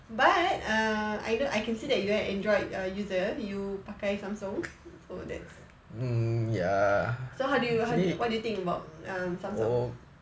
but I know I can see that you are an android user you pakai samsung so that's so how do how do you what do you think about um samsung